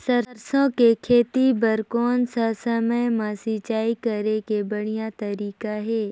सरसो के खेती बार कोन सा समय मां सिंचाई करे के बढ़िया तारीक हे?